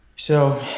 so